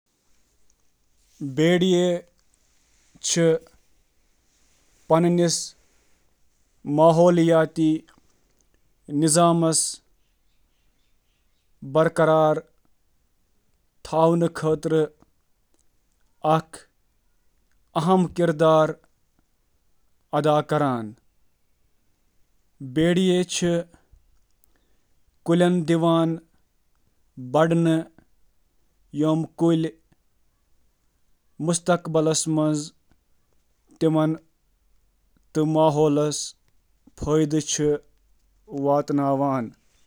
بھیڑۍ چھِ پنٛنیٚن ماحولیٲتی نظامن ہُنٛد توازن برقرار تھاونس منٛز اَہَم کِردار ادا کران: